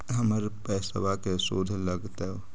हमर पैसाबा के शुद्ध लगतै?